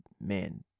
man